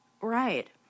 right